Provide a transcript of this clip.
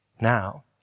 now